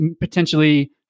potentially